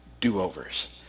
do-overs